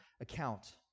account